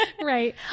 Right